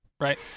right